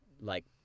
like-